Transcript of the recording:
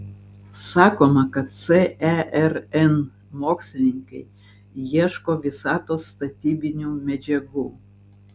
sakoma kad cern mokslininkai ieško visatos statybinių medžiagų